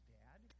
dad